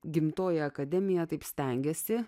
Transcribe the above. gimtoji akademija taip stengiasi